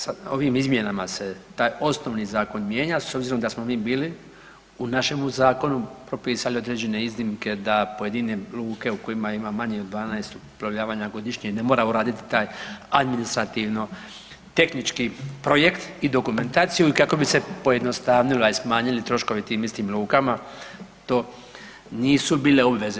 Ova se, ovim izmjenama se taj osnovni Zakon mijenja, s obzirom da smo mi bili u našemu Zakonu propisali određene iznimke da pojedine luke u kojima ima manje od 12 uplovljavanja godišnje ne mora uraditi taj administrativno-tehnički projekt i dokumentaciju i kako bi se pojednostavnila i smanjili troškovi tim istim lukama to nisu bile obveze.